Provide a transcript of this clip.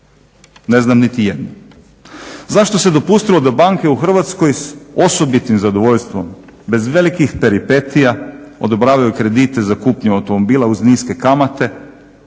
Ne znam nitijednu. Zašto se dopustilo da banke u Hrvatskoj s osobitim zadovoljstvom bez velikih peripetija odobravaju kredite za kupnju automobila uz niske kamate,